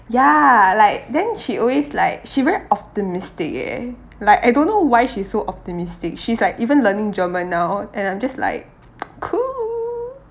ya like then she always like she very optimistic eh like I don't know why she's so optimistic she's like even learning german now and I'm just like cool